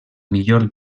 millor